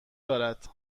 دارد